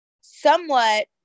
somewhat